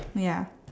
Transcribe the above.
ya